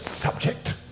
subject